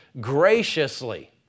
graciously